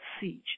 siege